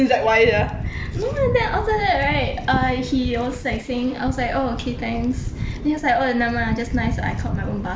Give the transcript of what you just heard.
no then after that right I he was like saying I was like oh okay thanks then he was like oh never mind ah just nice I caught my own bus also